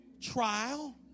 trial